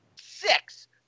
six